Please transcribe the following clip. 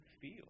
feel